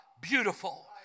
beautiful